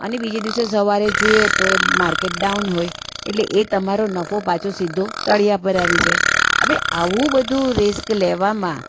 અને બીજે દિવસે સવારે જોઈએ તો એ માર્કેટ ડાઉન હોય એટલે એ તમારો નફો પાછો સીધો તળિયા પર આવી જાય હવે આવું બધું રિસ્ક લેવામાં